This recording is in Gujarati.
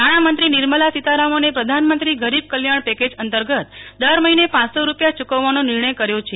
નાણામંત્રી નિર્મલા સીતારમણે પ્રધાનમંત્રી ગરીબ કલ્યાણ પેકેજ અંતર્ગત દર મહિને પાંચસો રૂપિયા યૂકવવાનો નિર્ણય કર્યો છે